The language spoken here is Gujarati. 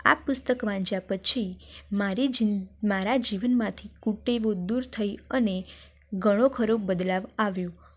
આ પુસ્તક વાંચ્યા પછી મારી જીન મારા જીવનમાંથી કુટેવો દૂર થઈ અને ઘણો ખરો બદલાવ આવ્યો